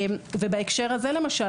בהקשר הזה למשל,